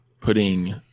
putting